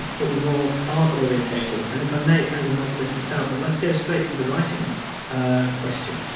that were more art orientated. and if i may, as a novelist myself, i'd like to go straight for the writing a question,